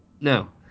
No